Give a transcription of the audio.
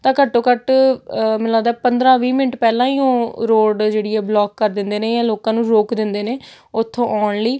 ਤਾਂ ਘੱਟੋ ਘੱਟ ਮੈਨੂੰ ਲੱਗਦਾ ਪੰਦਰਾਂ ਵੀਹ ਮਿੰਟ ਪਹਿਲਾਂ ਹੀ ਉਹ ਰੋਡ ਜਿਹੜੀ ਆ ਬਲੋਕ ਕਰ ਦਿੰਦੇ ਨੇ ਜਾਂ ਲੋਕਾਂ ਨੂੰ ਰੋਕ ਦਿੰਦੇ ਨੇ ਉੱਥੋਂ ਆਉਣ ਲਈ